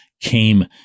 came